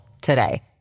today